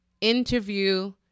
interview